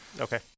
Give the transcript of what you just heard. Okay